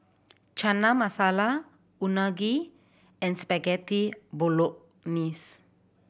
Chana Masala Unagi and Spaghetti Bolognese